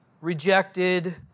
rejected